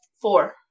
four